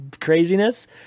craziness